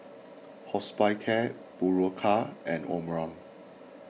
Hospicare Berocca and Omron